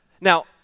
Now